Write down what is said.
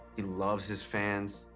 he loves his fans.